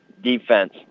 Defense